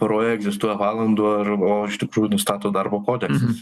paroje egzistuoja valandų ar o iš tikrų nustato darbo kodeksas